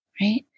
right